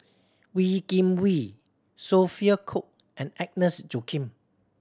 Wee Kim Wee Sophia Cooke and Agnes Joaquim